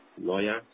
lawyer